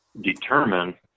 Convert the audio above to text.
determine